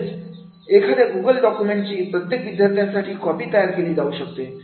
म्हणजेच एखाद्या Google document ची प्रत्येक विद्यार्थ्यासाठी कॉपी तयार केली जाऊ शकते